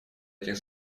этих